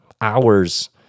hours